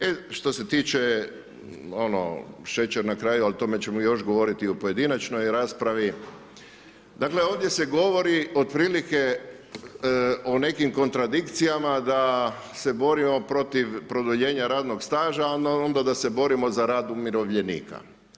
E što se tiče ono, šećer na kraju, ali o tome ćemo još govoriti u pojedinačnoj raspravi, dakle, ovdje se govori, otprilike o nekim kontradikcijama, da se borimo protiv produljenja radnoga staža a onda da se borimo za rad umirovljenika.